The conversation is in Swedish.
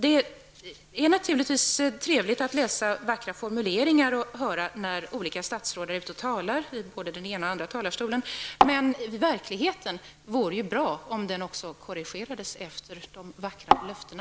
Det är naturligtvis trevligt att läsa vackra formuleringar och att höra sådana från olika statsråd när de talar från den ena eller den andra talarstolen, men det vore också bra om verkligheten korrigerades efter de vackra löftena.